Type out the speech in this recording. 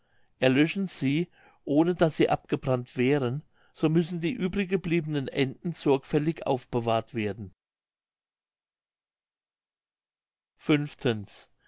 erlöschen sie ohne daß sie abgebrannt wären so müssen die übrig gebliebenen enden sorgfältig aufbewahrt werden